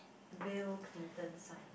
Bill-Clinton sign